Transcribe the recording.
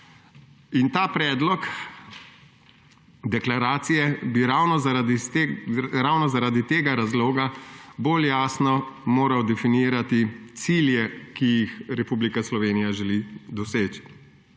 Ta predlog deklaracije bi ravno zaradi tega razloga moral bolj jasno definirati cilje, ki jih Republika Slovenija želi doseči.